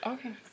Okay